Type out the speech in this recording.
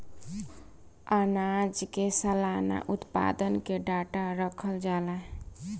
आनाज के सलाना उत्पादन के डाटा रखल जाला